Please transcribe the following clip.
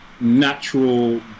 natural